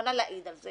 מוכנה להעיד על זה